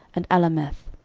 and alameth.